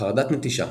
חרדת נטישה,